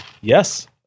yes